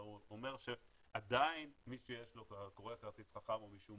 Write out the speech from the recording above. והוא אומר שעדיין מי שיש לו קורא כרטיס חכם ומשום